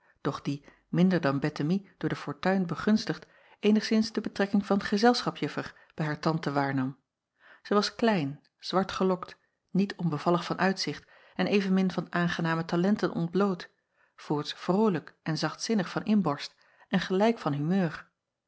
doch die minder dan ettemie door de fortuin begunstigd eenigszins de betrekking van gezelschapsjuffer bij haar tante waarnam zij was klein zwartgelokt niet onbevallig van uitzicht en evenmin van aangename talenten ontbloot voorts vrolijk en zachtzinnig van inborst en gelijk van humeur